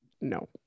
no